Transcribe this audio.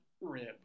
rib